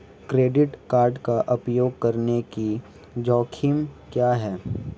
Credit card का उपयोग करने के जोखिम क्या हैं?